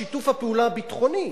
שיתוף הפעולה הביטחוני,